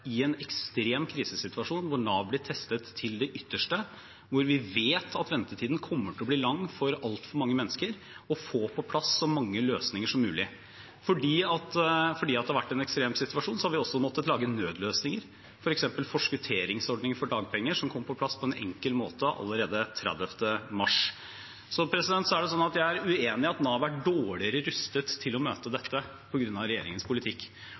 i en ekstrem krisesituasjon hvor Nav blir testet til det ytterste, hvor vi vet at ventetiden kommer til å bli lang for altfor mange mennesker, å få på plass så mange løsninger som mulig. Fordi det har vært en ekstrem situasjon har vi også måttet lage nødløsninger, f.eks. forskutteringsordninger for dagpenger, som kom på plass på en enkel måte allerede 30. mars. Jeg er uenig i at Nav er dårligere rustet til å møte dette på grunn av regjeringens politikk.